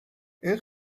این